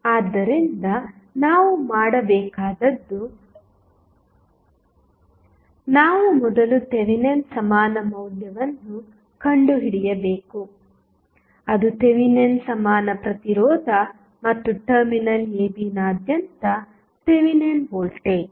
ಆದ್ದರಿಂದ ನಾವು ಮಾಡಬೇಕಾದುದು ನಾವು ಮೊದಲು ಥೆವೆನಿನ್ ಸಮಾನ ಮೌಲ್ಯವನ್ನು ಕಂಡುಹಿಡಿಯಬೇಕು ಅದು ಥೆವೆನಿನ್ ಸಮಾನ ಪ್ರತಿರೋಧ ಮತ್ತು ಟರ್ಮಿನಲ್ abನಾದ್ಯಂತ ಥೆವೆನಿನ್ ವೋಲ್ಟೇಜ್